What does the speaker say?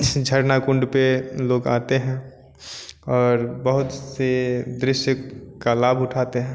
इस झरना कुंड पर लोग आते हैं और बहुत से दृश्य का लाभ उठाते हैं